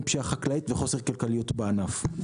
מפשיעה חקלאית ועד חוסר כלכליות בענף.